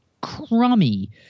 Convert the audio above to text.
crummy